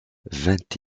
vingt